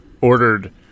ordered